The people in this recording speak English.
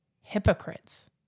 hypocrites